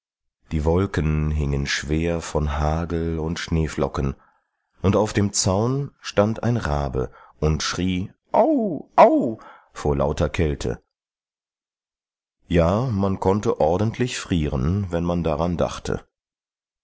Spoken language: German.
die wolken hingen schwer von hagel und schneeflocken und auf dem zaun stand ein rabe und schrie au au vor lauter kälte ja man konnte ordentlich frieren wenn man daran dachte